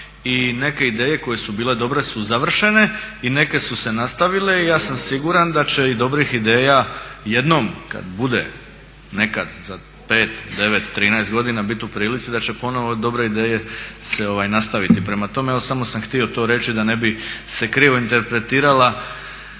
i neke ideje su bile dobre su završene i neke su se nastavile i ja sam siguran da će i dobrih ideja jednom kada bude nekad za 5, 9, 13 godina biti u prilici da će ponovo dobre ideje se nastaviti. Prema tome, evo sam htio to reći da ne bi se krivo interpretirala